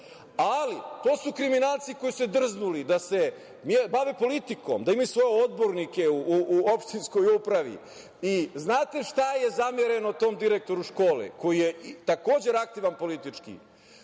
ali to su kriminalci koji su se drznuli da se bave politikom, da imaju svoje odbornike u opštinskoj upravi. Znate šta je zamereno tom direktoru škole, koji je takođe aktivan politički?